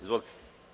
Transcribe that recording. Izvolite.